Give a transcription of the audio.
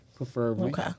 Preferably